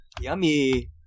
Yummy